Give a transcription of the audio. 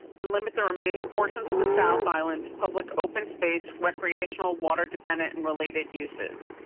and limit the remaining portions of the south island to public open space, recreational water, dependent and related uses.